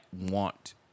want